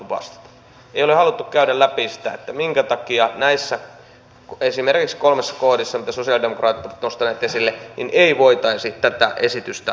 ei ole haluttu käydä läpi sitä minkä takia esimerkiksi näissä kolmessa kohdassa mitä sosialidemokraatit ovat nostaneet esille ei voitaisi tätä esitystä kohtuullistaa